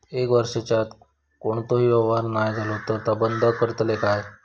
एक वर्षाच्या आत कोणतोही व्यवहार नाय केलो तर ता बंद करतले काय?